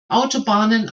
autobahnen